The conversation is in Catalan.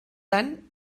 tant